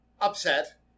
upset